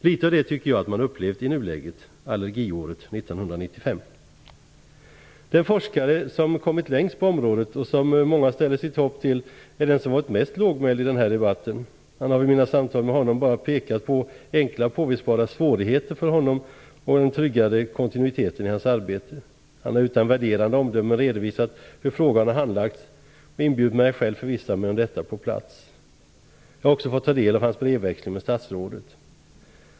Litet av det tycker jag att man har upplevt i nuläget, Allergiåret Den forskare som kommit längst på området och som många ställer sitt hopp till är den som varit mest lågmäld i den här debatten. Han har vid mina samtal med honom bara pekat på enkla påvisbara svårigheter för honom och den tryggade kontinuiteten i hans arbete. Han har utan värderande omdömen redovisat hur frågan har handlagts och inbjudit mig att själv förvissa mig om detta på plats. Jag har också fått ta del av hans brevväxling med statsrådet.